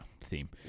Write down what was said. theme